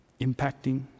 impacting